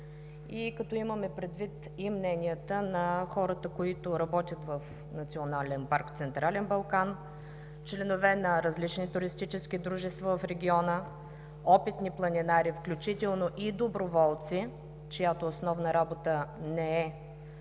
и като имаме предвид и мненията на хората, които работят в Национален парк „Централен Балкан“, членове на различни туристически дружества в региона, опитни планинари, включително и доброволци, чиято основна работа не е